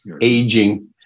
aging